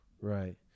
Right